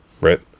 right